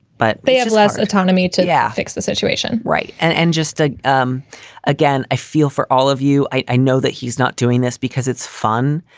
but they have less autonomy to affix the situation. right and and just ah um again, i feel for all of you. i i know that he's not doing this because it's fun.